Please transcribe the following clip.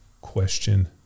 question